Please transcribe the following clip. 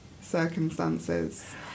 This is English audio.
circumstances